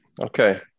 Okay